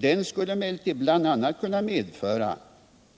Den skulle emellertid bl.a. kunna medverka